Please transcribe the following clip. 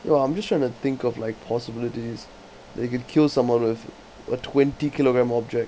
you know I'm just trying to think of like possibilities that you could kill someone with a twenty kilogram object